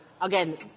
again